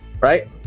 Right